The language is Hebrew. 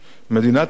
מדינת ישראל